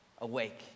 awake